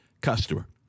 customer